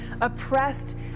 oppressed